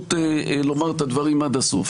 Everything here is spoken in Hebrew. האפשרות לומר את הדברים עד הסוף.